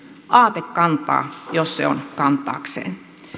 aate kantaa jos se on kantaakseen